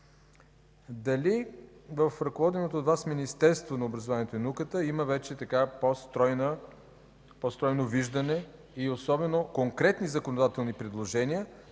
дали в ръководеното от Вас Министерство на образованието и науката има вече по-стройно виждане и особено конкретни законодателни предложения,